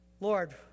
Lord